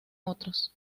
otros